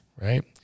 right